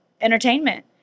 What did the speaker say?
entertainment